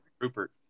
Rupert